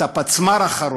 את הפצמ"ר האחרון,